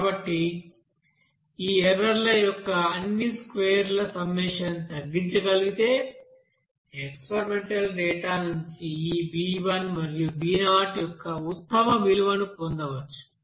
కాబట్టి ఈ ఎర్రర్ ల యొక్క అన్ని స్క్వేర్ ల సమ్మషన్ తగ్గించగలిగితే ఎక్స్పెరిమెంటల్ డేటా నుండి ఈ b1 మరియు b0 యొక్క ఉత్తమ విలువను పొందవచ్చు